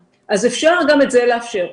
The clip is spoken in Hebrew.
אז, אפשר גם את זה לאפשר.